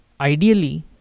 ideally